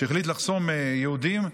שהחליט לחסום יהודים.